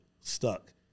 Stuck